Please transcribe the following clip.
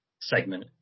segment